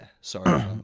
sorry